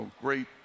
great